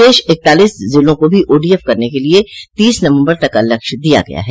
शेष इकतालीस जिलों को भी ओडीएफ करने के लिए तीस नवम्बर तक का लक्ष्य दिया गया है